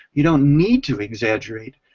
you don't need to exaggerate